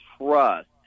trust